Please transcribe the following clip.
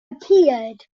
appeared